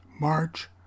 March